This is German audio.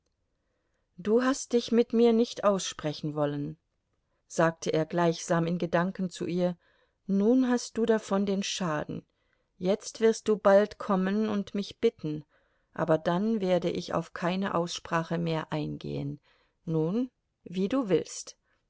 du hast dich mit mir nicht aussprechen wollen sagte er gleichsam in gedanken zu ihr nun hast du davon den schaden jetzt wirst du bald kommen und mich bitten aber dann werde ich auf keine aussprache mehr eingehen nun wie du willst